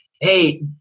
hey